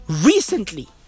recently